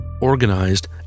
organized